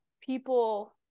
people